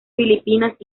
filipinas